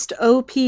op